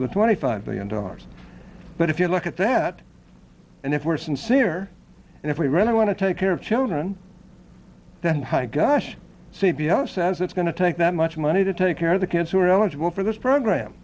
of the twenty five billion dollars but if you look at that and if we're sincere and if we really want to take care of children that high gosh c b l says it's going to take that much money to take care of the kids who are eligible for this program